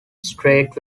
straight